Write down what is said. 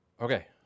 Okay